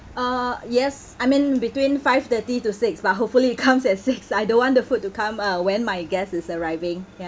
uh yes I mean between five thirty to six but hopefully it comes at six I don't want the food to come uh when my guest is arriving ya